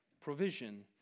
provision